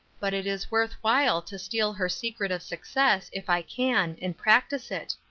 but it is worth while to steal her secret of success, if i can, and practise it.